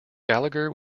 gallagher